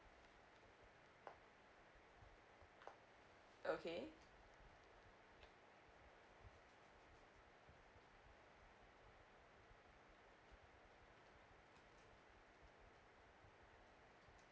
okay